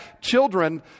children